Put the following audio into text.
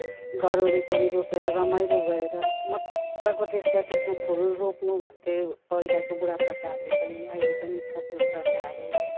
घर वरिपरि रोपेर रमाइलो गरेर मज्जाको देख्छ त्यसमा फुल रोप्नु भन्थे पहिलाको बुढा पाकाहरूले अहिले पनि छ त्यो प्रथाहरू